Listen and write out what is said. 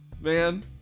man